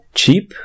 cheap